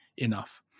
enough